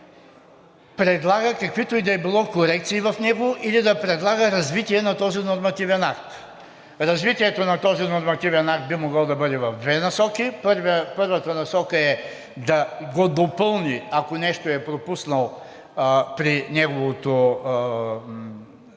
предлага каквито и да е било корекции в него или да предлага развитие на този нормативен акт. Развитието на този нормативен акт би могло да бъде в две насоки. Първата насока е да го допълни, ако нещо е пропуснал при неговото